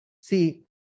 See